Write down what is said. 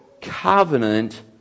covenant